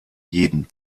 jeden